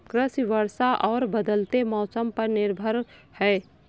कृषि वर्षा और बदलते मौसम पर निर्भर है